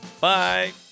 Bye